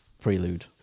prelude